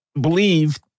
believe